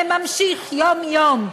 זה נמשך יום-יום,